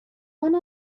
one